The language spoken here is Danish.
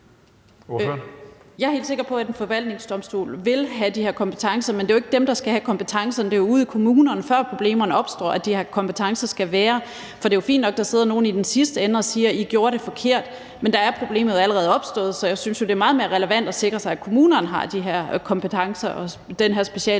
Jeg er helt sikker på, at en forvaltningsdomstol vil have de her kompetencer, men det er jo ikke dem, der skal have kompetencerne. Det er jo ude i kommunerne, før problemerne opstår, at de her kompetencer skal være. For det er jo fint nok, at der sidder nogen i sidste ende og siger: I gjorde det forkert. Men der er problemet allerede opstået, så jeg synes, det er meget mere relevant at sikre sig, at kommunerne har de her kompetencer og den specialviden,